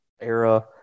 era